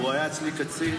הוא היה אצלי קצין,